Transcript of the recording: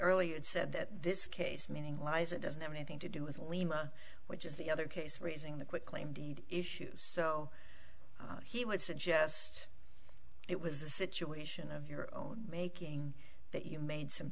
early it said that this case meaning lies it doesn't have anything to do with lima which is the other case raising the quick claim deed issues so he would suggest it was a situation of your own making that you made some